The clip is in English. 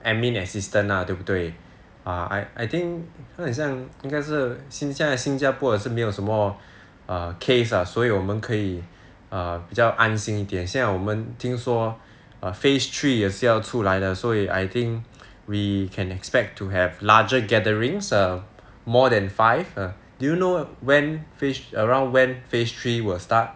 admin assistant ah 对不对 err I think 他很像应该是现在新加坡是没有什么 err case ah 所以我们可以 err 比较安心一点现在我们听说 phase three 也是要出来了所以 I think we can expect to have larger gatherings err more than five err do you know when phase around when phase three will start